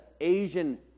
Asian